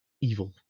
evil